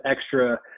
extra